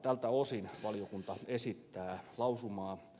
tältä osin valiokunta esittää lausumaa